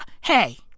hey